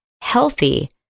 healthy